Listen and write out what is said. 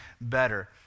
better